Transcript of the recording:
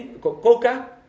coca